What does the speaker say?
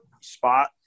spot